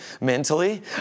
mentally